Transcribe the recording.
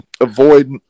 avoid –